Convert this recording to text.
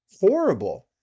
horrible